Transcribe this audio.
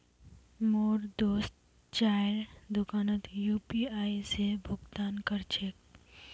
मोर दोस्त चाइर दुकानोत यू.पी.आई स भुक्तान कर छेक